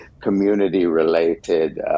community-related